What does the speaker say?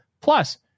plus